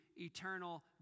Eternal